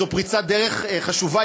זו פריצת דרך חשובה,